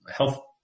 health